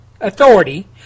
Authority